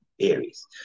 Aries